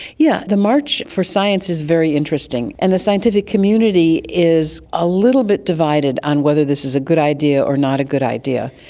yeah the march for science is very interesting, and the scientific community is a little bit divided on whether this is a good idea or not a good idea.